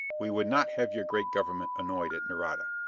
we would not have your great government annoyed at nareda.